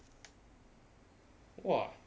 !wah!